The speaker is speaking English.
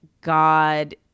God